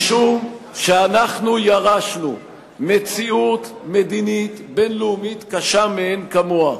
משום שירשנו מציאות מדינית בין-לאומית קשה מאין כמוה,